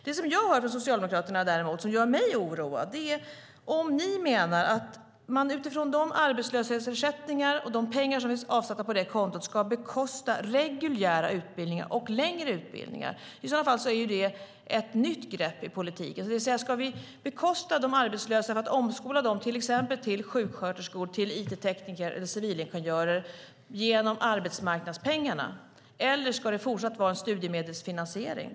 Det jag har hört från Socialdemokraterna och som gör mig oroad är ifall ni menar att man utifrån de arbetslöshetsersättningar och de pengar som finns avsatta på det kontot ska bekosta reguljära, längre utbildningar. I så fall är det ett nytt grepp i politiken. Det vill säga, ska vi bekosta omskolning av arbetslösa till exempel till sjuksköterskor, it-tekniker eller civilingenjörer genom arbetsmarknadspengarna, eller ska det fortsatt vara en studiemedelsfinansiering?